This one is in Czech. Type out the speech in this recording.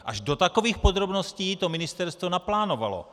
Až do takových podrobností to ministerstvo naplánovalo.